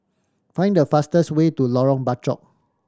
find the fastest way to Lorong Bachok